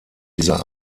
dieser